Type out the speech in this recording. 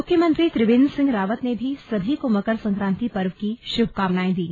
मुख्यमंत्री त्रिवेन्द्र सिंह रावत ने भी सभी को मकर संक्राति पर्व की शुभकामनाएं दी